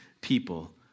people